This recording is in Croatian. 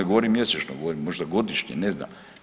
Ne govorim mjesečno, govorim možda godišnje, ne znam.